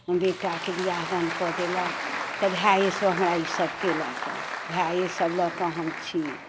बेटाके बिआह दान कऽ देलक तऽ भाये सब हमरा ई सब कयलक आ भाये सब लऽ कऽ हम छी